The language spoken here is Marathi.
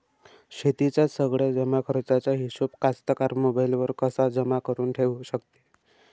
शेतीच्या सगळ्या जमाखर्चाचा हिशोब कास्तकार मोबाईलवर कसा जमा करुन ठेऊ शकते?